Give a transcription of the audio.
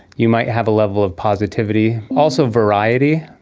you might have a level of positivity. also variety.